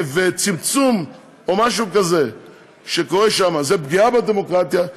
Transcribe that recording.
וצמצום או משהו כזה שקורה שם זה פגיעה בדמוקרטיה,